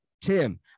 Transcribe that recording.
tim